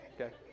okay